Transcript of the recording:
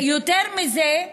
ויותר מזה,